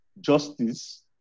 justice